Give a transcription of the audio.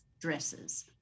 dresses